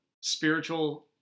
spiritual